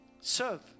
serve